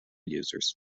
users